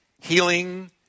healing